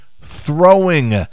throwing